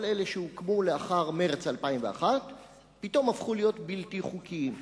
כל אלה שהוקמו לאחר מרס 2001 פתאום הפכו להיות בלתי חוקיים.